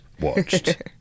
watched